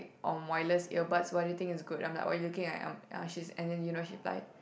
on wireless earbuds what do you think is good I'm like what you looking at uh ya she's and then you know what she replied